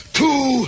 two